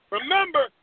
Remember